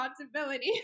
responsibility